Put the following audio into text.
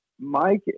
Mike